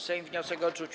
Sejm wniosek odrzucił.